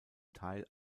teil